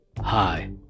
Hi